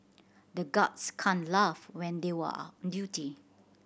the guards can't laugh when they were on duty